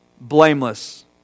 blameless